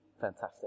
Fantastic